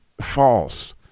false